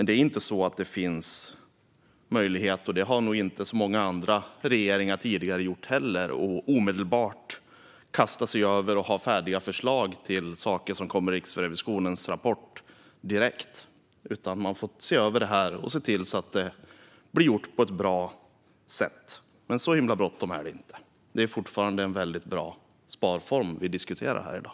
Det är inte så att det att det finns möjlighet, och det har det nog inte funnits för så många andra tidigare regeringar heller, att omedelbart kasta sig över och direkt ha färdiga förslag för saker som kommer i Riksrevisionens rapport. Man får se över det och se till att det blir gjort på ett bra sätt. Så himla bråttom är det inte. Det är fortfarande en väldigt bra sparform vi diskuterar här i dag.